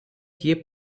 କିଏ